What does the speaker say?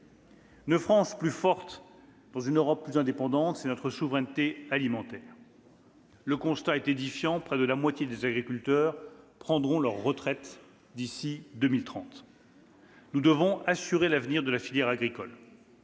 Une France plus forte dans une Europe plus indépendante, c'est notre souveraineté alimentaire. Or- le constat est édifiant -près de la moitié de nos agriculteurs prendront leur retraite d'ici à 2030. « Nous devons assurer l'avenir de la filière agricole.